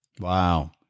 Wow